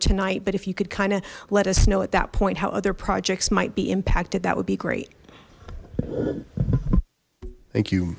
tonight but if you could kind of let us know at that point how other projects might be impacted that would be great thank you